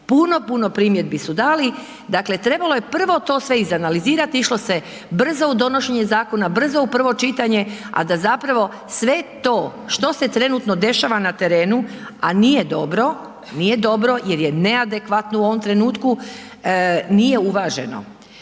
puno, puno primjedbi su dali, dakle trebalo je prvo to sve izanalizirati, išlo se brzo u donošenje zakona, brzo u prvo čitanje a da zapravo sve to što se trenutno dešava na terenu a nije dobro, nije dobro jer je neadekvatno u ovom trenutku, nije uvaženo.